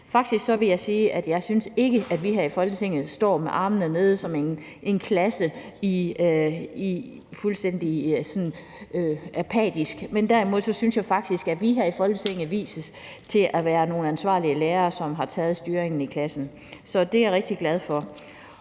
Faktisk vil jeg sige, at jeg ikke synes, at vi her i Folketinget står med armene nede ligesom en klasse, der sådan er fuldstændig apatisk, men at jeg derimod synes, at vi her i Folketinget har vist os som nogle ansvarlige lærere, som har taget styringen i klassen. Så det er jeg rigtig glad for.